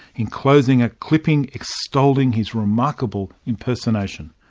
enclosing a clipping extolling his remarkable impersonation.